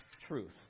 truth